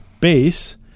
base –